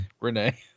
Renee